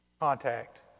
contact